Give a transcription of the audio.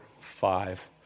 five